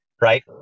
right